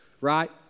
right